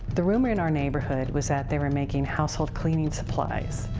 the rumor in our neighborhood was that they were making household cleaning supplies.